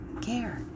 care